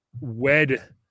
wed